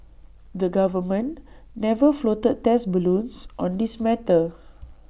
the government never floated 'test balloons' on this matter